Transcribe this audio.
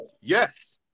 Yes